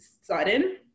sudden